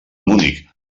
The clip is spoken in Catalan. munic